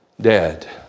dead